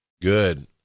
good